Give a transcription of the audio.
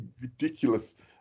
ridiculous